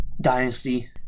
Dynasty